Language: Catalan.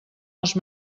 els